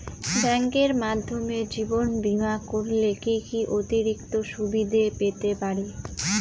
ব্যাংকের মাধ্যমে জীবন বীমা করলে কি কি অতিরিক্ত সুবিধে পেতে পারি?